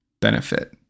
benefit